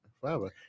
Forever